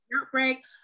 outbreak